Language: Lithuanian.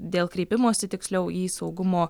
dėl kreipimosi tiksliau į saugumo